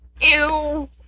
ew